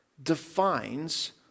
defines